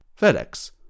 FedEx